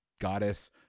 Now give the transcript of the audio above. goddess